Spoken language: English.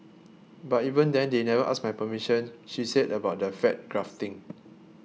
but even then they never asked my permission she said about the fat grafting